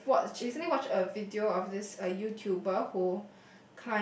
I've watched recently watched a video of this uh YouTuber who